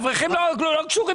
האברכים לא קשורים